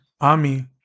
Ami